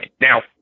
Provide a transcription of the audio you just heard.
Now